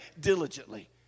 diligently